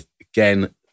Again